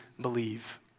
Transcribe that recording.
believe